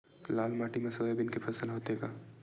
लाल माटी मा सोयाबीन के फसल होथे का?